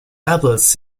apples